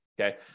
Okay